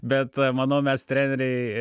bet manau mes treneriai